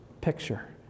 picture